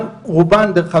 רובן דרך אגב,